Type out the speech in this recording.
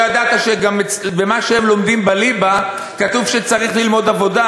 לא ידעת שגם במה שהם לומדים בליבה כתוב שצריך ללמוד עבודה.